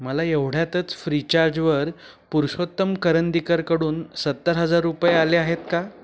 मला एवढ्यातच फ्रीचार्जवर पुरुषोत्तम करंदीकरकडून सत्तर हजार रुपये आले आहेत का